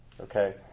Okay